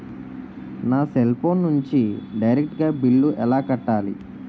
నా cell phone నుంచి direct గా బిల్లు ఎలా కట్టాలి?